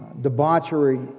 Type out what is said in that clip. debauchery